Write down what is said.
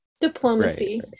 diplomacy